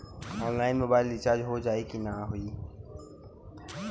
Online mobile recharge हो जाई की ना हो?